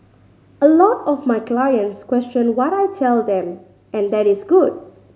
a lot of my clients question what I tell them and that is good